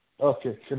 Okay